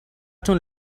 تون